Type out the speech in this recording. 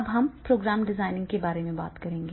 अब हम program designing में आते हैं